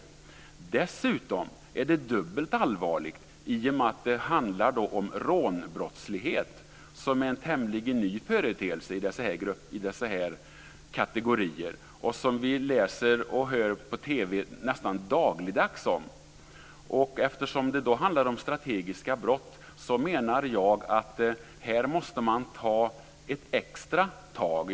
Den är dessutom dubbelt allvarlig i och med att det handlar om rånbrottslighet, som är en tämligen ny företeelse i dessa kategorier. Vi läser och hör på TV nästan dagligdags om detta. Eftersom det då handlar om strategiska brott menar jag att man här måste ta ett extra tag.